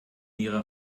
ihrer